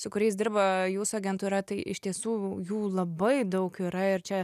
su kuriais dirba jūsų agentūra tai iš tiesų jų labai daug yra ir čia